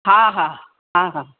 हा हा हा हा